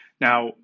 Now